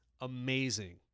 amazing